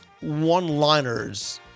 one-liners